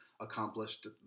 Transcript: accomplished